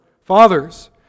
Fathers